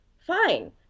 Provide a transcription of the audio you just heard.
Fine